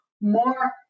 more